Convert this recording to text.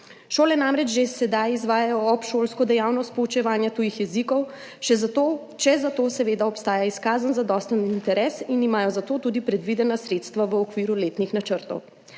Šole namreč že sedaj izvajajo obšolsko dejavnost poučevanja tujih jezikov, če za to seveda obstaja izkazan zadosten interes in imajo za to tudi predvidena sredstva v okviru letnih načrtov.